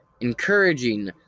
encouraging